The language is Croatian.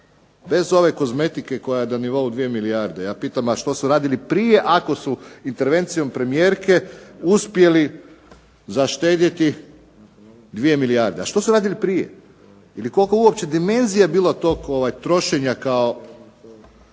bez ove kozmetike koja je na nivou 2 milijarde. Ja pitam a što su radili prije ako su intervencijom premijerke uspjeli zaštedjeti 2 milijarde. A što su radili prije ili koliko uopće dimenzija je bila tog trošenja kao